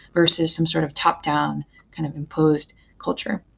versus some sort of top-down kind of imposed culture.